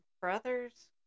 brother's